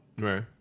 Right